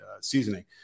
seasoning